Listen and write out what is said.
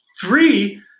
three